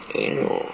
eh no